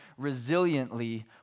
resiliently